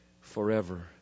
forever